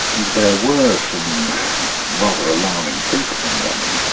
there were some rather alarming people in yemen.